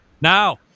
Now